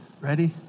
Ready